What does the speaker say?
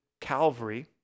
calvary